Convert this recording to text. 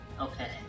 Okay